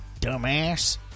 dumbass